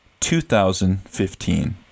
2015